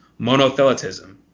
monothelitism